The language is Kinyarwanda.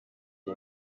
iyi